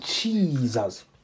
Jesus